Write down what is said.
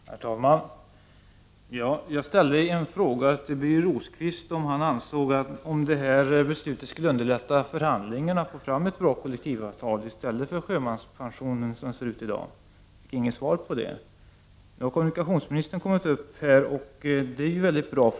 Herr talman! Jag ställde en fråga till Birger Rosqvist som gällde om det här beslutet skulle underlätta förhandlingarna att få fram ett bra kollektivavtal i stället för sjömanspensionen sådan som den ser ut i dag. Jag fick inget svar på den frågan. Nu har kommunikationsministern kommit med i debatten, och det är ju bra.